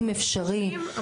אם אפשרי -- החיים ממשיכים,